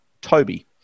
toby